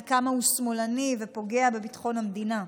כמה הוא שמאלני ופוגע בביטחון המדינה.